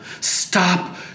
Stop